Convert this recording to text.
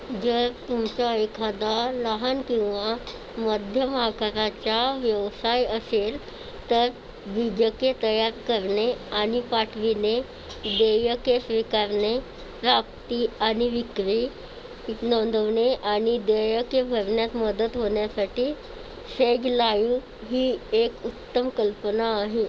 जर तुमचा एखादा लहान किंवा मध्यम आकाराचा व्यवसाय असेल तर बीजके तयार करणे आणि पाठविणे देयके स्वीकारणे प्राप्ती आणि विक्री नोंदवणे आणि देयके भरण्यात मदत होण्यासाठी सेग लाइव्ह ही एक उत्तम कल्पना आहे